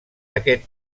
aquest